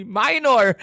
minor